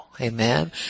Amen